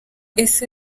ese